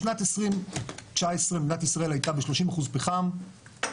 בשנת 2019 מדינת ישראל הייתה ב-30% פחם,